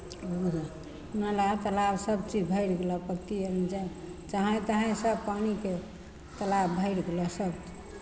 बुझलह नालाब तालाब सभचीज भरि गेलह जहाँ तहाँ सभ पानिके तालाब भरि गेलह सभ